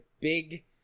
big